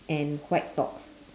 and white socks